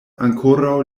ankoraŭ